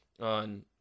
on